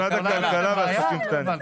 הרשות לעסקים קטנים ובינוניים.